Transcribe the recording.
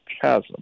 chasm